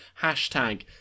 Hashtag